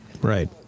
Right